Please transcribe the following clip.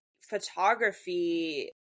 photography